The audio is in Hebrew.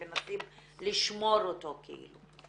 שמנסים לשמור עליו כאילו.